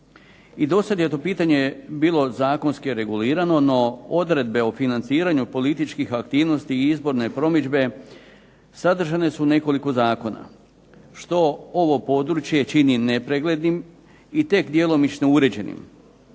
I dosad je to pitanje bilo zakonski regulirano no odredbe o financiranju političkih aktivnosti i izborne promidžbe sadržane su u nekoliko zakona, što ovo područje čini nepreglednim i tek djelomično uređenim,